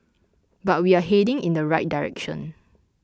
but we are heading in the right direction